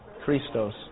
Christos